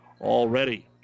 already